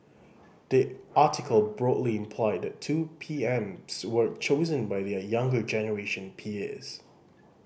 the article broadly implied the two P Ms were chosen by their younger generation peers